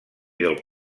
del